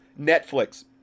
Netflix